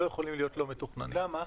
למה?